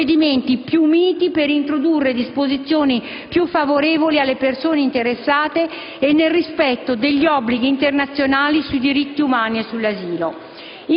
provvedimenti più miti per introdurre disposizioni più favorevoli alle persone interessate e nel rispetto degli obblighi internazionali sui diritti umani e sull'asilo.